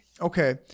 Okay